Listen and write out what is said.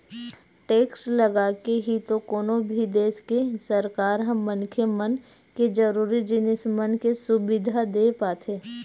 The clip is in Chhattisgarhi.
टेक्स लगाके ही तो कोनो भी देस के सरकार ह मनखे मन के जरुरी जिनिस मन के सुबिधा देय पाथे